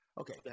Okay